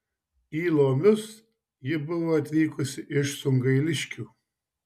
į lomius ji buvo atvykusi iš sungailiškių